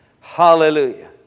Hallelujah